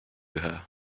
her